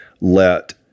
let